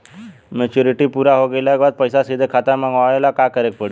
Maturity पूरा हो गइला के बाद पईसा सीधे खाता में मँगवाए ला का करे के पड़ी?